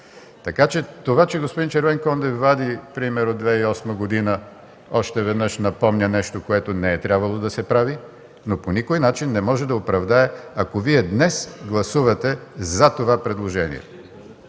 линия. Това че господин Червенкондев вади пример от 2008 г. още веднъж напомня за нещо, което не е трябвало да се прави, но по никой начин не може да оправдае ако Вие днес гласувате „за” това предложение.